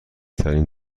ترین